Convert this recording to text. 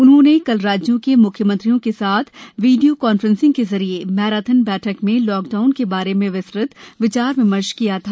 उन्होंने कल राज्यों के मुख्यमंत्रियों के साथ वीडियो कांफ्रेंसिंग के जरिये मैराथन बैठक में लाकडाउन के बारे में विस्तृत विचार विमर्श किया था